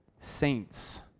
saints